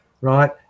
Right